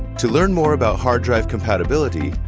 to learn more about hard drive compatibility,